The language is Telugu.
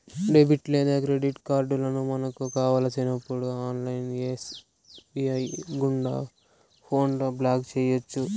డెబిట్ లేదా క్రెడిట్ కార్డులను మనకు కావలసినప్పుడు ఆన్లైన్ ఎస్.బి.ఐ గుండా ఫోన్లో బ్లాక్ చేయొచ్చు